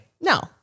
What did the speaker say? No